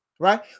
Right